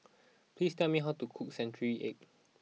please tell me how to cook Century Egg